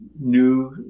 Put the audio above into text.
new